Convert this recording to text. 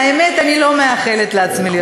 האמת, שאני לא מאחלת לעצמי להיות באופוזיציה.